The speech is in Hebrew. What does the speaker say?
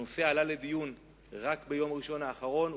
הנושא עלה לדיון רק ביום ראשון האחרון,